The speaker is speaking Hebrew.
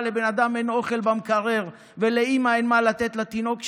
לאדם אין אוכל במקרר ולאימא אין מה לתת לתינוק שלה.